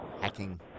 hacking